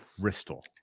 crystal